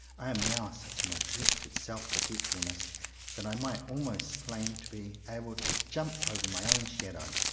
i am now such an adept at self-forgetfulness that i might almost claim to be able to jump over my own shadow.